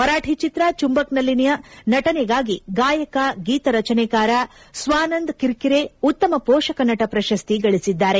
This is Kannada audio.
ಮರಾಠಿ ಚಿತ್ರ ಚುಂಬಕ್ನಲ್ಲಿಯ ನಟನೆಗಾಗಿ ಗಾಯಕ ಗೀತ ರಚನೆಕಾರ ಸ್ವಾನಂದ್ ಕಿರ್ಕಿರೆ ಉತ್ತಮ ಪೋಷಕ ನಟ ಪ್ರಶಸ್ತಿ ಗಳಿಸಿದ್ದಾರೆ